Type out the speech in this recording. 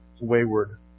wayward